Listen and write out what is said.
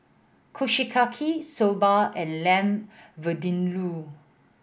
Kushiyaki Soba and Lamb Vindaloo